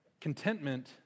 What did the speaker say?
Contentment